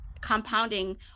Compounding